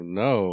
no